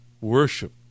worship